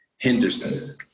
Henderson